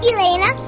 Elena